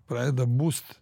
pradeda bust